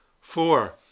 Four